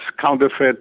counterfeit